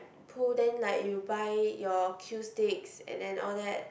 pool then like you buy your cue sticks and then all that